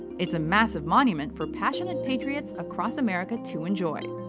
it's a massive monument for passionate patriots across america to enjoy!